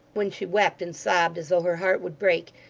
when she wept and sobbed as though her heart would break,